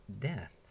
death